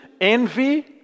envy